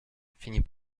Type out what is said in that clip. finit